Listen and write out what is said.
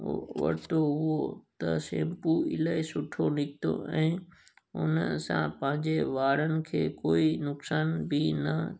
पोइ वरितो हुओ त शैम्पू इलाही सुठो निकितो ऐं उन सां पंहिंजे वारनि खे कोई नुक़सान बि न